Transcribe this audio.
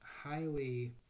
highly